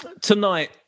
tonight